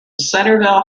centerville